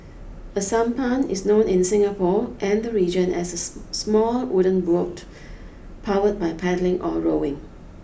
a sampan is known in Singapore and the region as a small wooden boat powered by paddling or rowing